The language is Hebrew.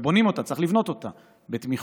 בונים אותה, צריך לבנות אותה בתמיכות,